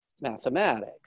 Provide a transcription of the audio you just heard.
mathematics